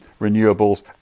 renewables